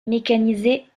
mécanisée